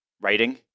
Writing